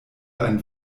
ein